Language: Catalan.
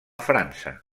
frança